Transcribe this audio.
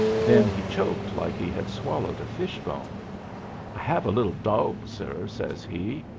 then he choked like he had swallowed a fish-bone. i have a little dawg, sir, says he.